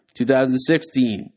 2016